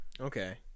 Okay